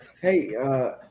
hey